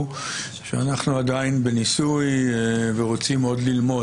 שאנחנו עדיין בניסוי ורוצים עוד ללמוד,